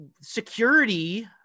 security